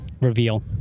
reveal